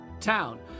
town